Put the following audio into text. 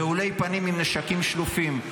רעולי פנים עם נשקים שלופים,